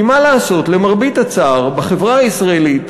כי מה לעשות, למרבה הצער, בחברה הישראלית